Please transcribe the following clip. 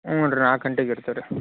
ಹ್ಞೂ ರೀ ನಾಲ್ಕು ಗಂಟೆಗೆ ಇರ್ತೀವಿ ರಿ